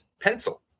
pencil